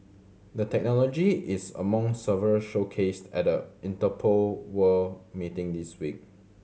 the technology is among several showcased at the Interpol World meeting this week